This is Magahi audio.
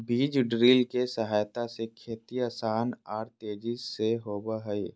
बीज ड्रिल के सहायता से खेती आसान आर तेजी से होबई हई